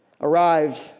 arrived